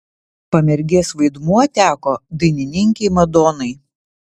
pamergės vaidmuo teko dainininkei madonai